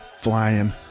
flying